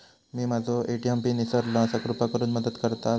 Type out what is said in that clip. मी माझो ATM PIN इसरलो आसा कृपा करुन मदत करताल